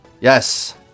yes